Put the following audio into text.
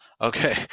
okay